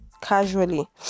casually